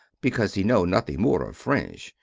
because he know nothing more of french.